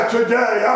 Today